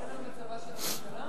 אתה דואג למצבה של הממשלה?